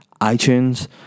iTunes